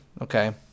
Okay